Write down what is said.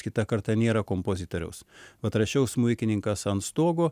kitą kartą nėra kompozitoriaus bet rašiau smuikininkas ant stogo